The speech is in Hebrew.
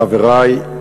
חברי,